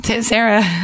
Sarah